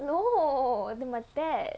no then my dad